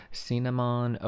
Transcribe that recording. cinnamon